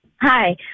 Hi